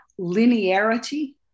linearity